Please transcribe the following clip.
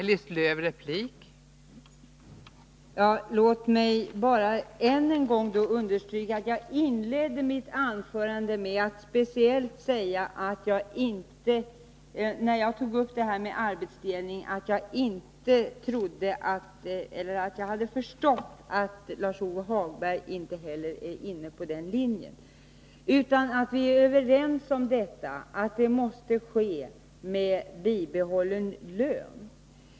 Fru talman! Låt mig än en gång understryka att jag inledde mitt anförande med att speciellt säga att jag hade, när jag tog upp detta med arbetsdelning, förstått att Lars-Ove Hagberg inte heller är inne på den linjen och att vi är överens om att arbetsdelning måste ske med bibehållen lön.